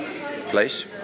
place